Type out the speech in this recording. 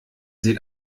seht